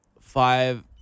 five